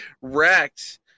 wrecked